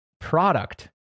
product